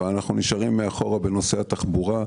אבל אנחנו נשארים מאחורה בנושא התחבורה,